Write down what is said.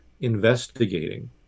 investigating